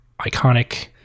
iconic